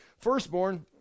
firstborn